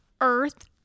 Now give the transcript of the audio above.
earth